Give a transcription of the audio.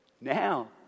now